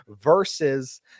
versus